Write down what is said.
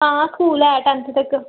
हां स्कूल ऐ टेंथ तक